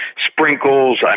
sprinkles